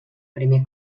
primer